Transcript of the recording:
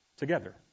together